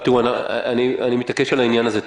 תראו, אני מתעקש על העניין הזה.